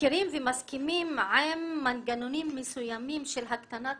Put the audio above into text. מכירים ומסכימים עם מנגנונים מסוימים של הקטנת